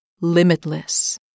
limitless